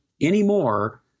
anymore